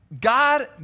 God